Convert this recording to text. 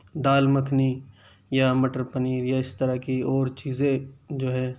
دال مکھنی یا مٹر پنیر یا اس طرح کی اور چیزیں جو ہے